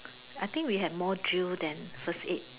I think we had more drill than first aid